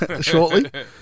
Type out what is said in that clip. shortly